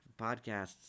podcasts